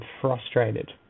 frustrated